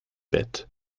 bett